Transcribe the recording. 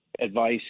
advice